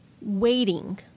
waiting